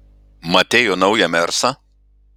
matei jo naują mersą